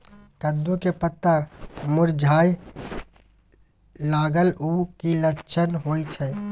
कद्दू के पत्ता मुरझाय लागल उ कि लक्षण होय छै?